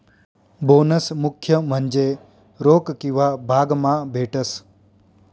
bonus मुख्य म्हन्जे रोक किंवा भाग मा भेटस